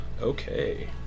Okay